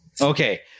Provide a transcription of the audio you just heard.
Okay